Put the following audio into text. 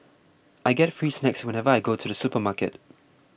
I get free snacks whenever I go to the supermarket